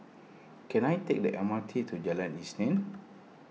can I take the M R T to Jalan Isnin